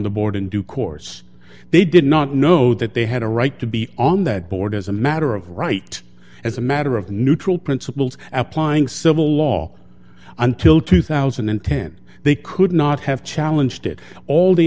the board in due course they did not know that they had a right to be on that board as a matter of right as a matter of neutral principles applying civil law until two thousand and ten they could not have challenged it all the